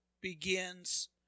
begins